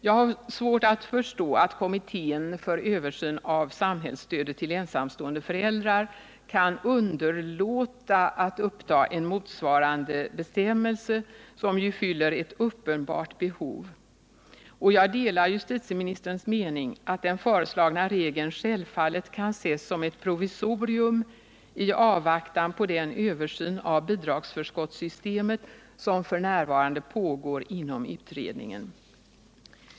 Jag har svårt att förstå att kommittén för översyn av samhällsstödet till ensamstående föräldrar kan underlåta att uppta en motsvarande bestämmelse, som ju fyller ett uppenbart behov. Jag delar justitieministerns mening att den föreslagna regeln självfallet kan ses som ett provisorium i avvaktan på den översyn av bidragsförskottssystemet som f.n. pågår inom utredningen.